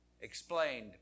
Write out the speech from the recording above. explained